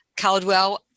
Caldwell